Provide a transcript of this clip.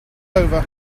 over